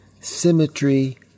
Symmetry